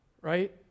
Right